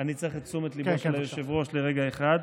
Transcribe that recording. אני צריך את תשומת הלב של היושב-ראש לרגע אחד.